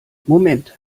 moment